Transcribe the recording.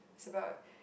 is about